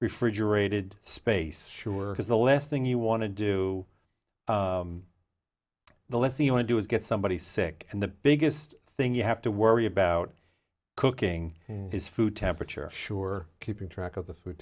refrigerated space sure because the less thing you want to do the lesson you want do is get somebody sick and the biggest thing you have to worry about cooking is food temperature sure keeping track of the food